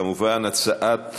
כמובן, הצעת